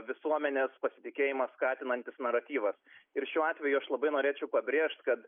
visuomenės pasitikėjimą skatinantis naratyvas ir šiuo atveju aš labai norėčiau pabrėžt kad